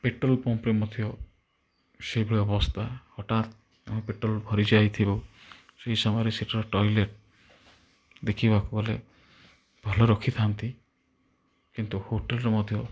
petrol ପମ୍ପ୍ରେ ମଧ୍ୟ ସେଇଭଳି ଅବସ୍ଥା ହଠାତ୍ ତମେ ପେଟ୍ରୋଲ୍ ଭରି ଯାଇଥିବ ସେଇ ସମୟରେ ସେଠାର ଟଏଲେଟ୍ ଦେଖିବାକୁ ଗଲେ ଭଲ ରଖିଥାନ୍ତି କିନ୍ତୁ ହୋଟେଲ୍ର ମଧ୍ୟ